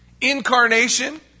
incarnation